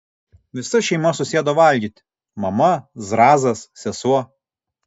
visa šeima susėdo valgyti mama zrazas sesuo